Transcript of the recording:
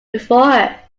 before